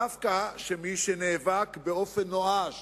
דווקא כמי שנאבק באופן נואש